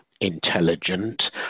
intelligent